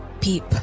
Peep